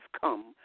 come